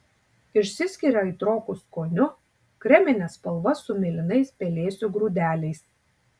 išsiskiria aitroku skoniu kremine spalva su mėlynais pelėsių grūdeliais